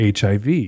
HIV